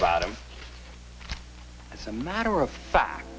about him as a matter of fact